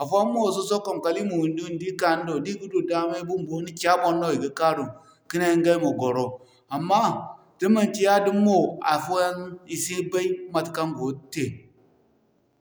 Afooyaŋ mo si sakwam kali'ma windi-windi ka'ka, ni do di ga du daama bunbo ni ca boŋ no i ga kaarum ka ne ingay ma gwaro. Amma, da manci yaadin mo afooyaŋ i si bay matekaŋ go te.